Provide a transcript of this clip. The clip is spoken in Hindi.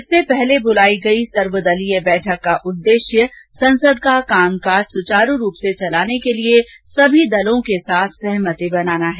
इससे पहले बुलाई गई इस बैठक का उद्देश्य संसद का कामकाज सुचारू रूप से चलाने के लिए सभी दलों के साथ सहमति बनाना है